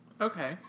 Okay